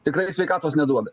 tikrai sveikatos neduoda